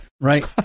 Right